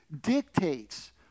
dictates